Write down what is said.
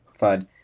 FUD